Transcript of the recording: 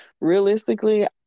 realistically